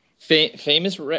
Famous